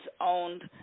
owned